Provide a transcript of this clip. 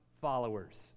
followers